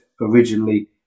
originally